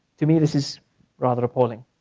to me this is rather appalling.